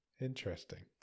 Interesting